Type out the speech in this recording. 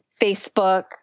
Facebook